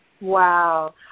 Wow